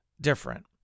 different